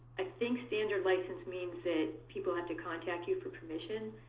i think standard license means that people have to contact you for permission